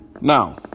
Now